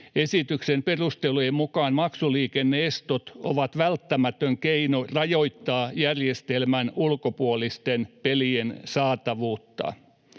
Esityksen perustelujen mukaan maksuliikenne-estot ovat välttämätön keino rajoittaa järjestelmän ulkopuolisten pelien saatavuutta.